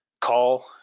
call